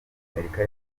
amerika